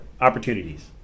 Opportunities